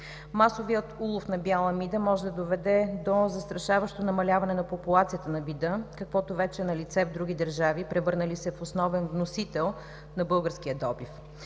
Масовият улов на бяла мида може да доведе до застрашаващо намаляване на популацията на вида, каквото вече е налице в други държави, превърнали се в основен вносител на българския добив.